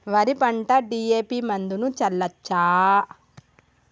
వరి పంట డి.ఎ.పి మందును చల్లచ్చా?